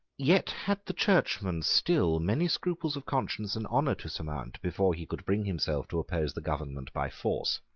yet had the churchman still many scruples of conscience and honour to surmount before he could bring himself to oppose the government by force.